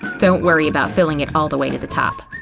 don't worry about filling it all the way to the top.